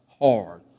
hard